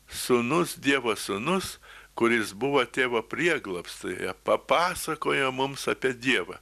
sūnus dievo sūnus kuris buvo tėvo prieglobstyje papasakojo mums apie dievą